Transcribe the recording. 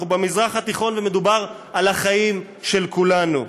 אנחנו במזרח התיכון, ומדובר על החיים של כולנו.